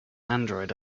android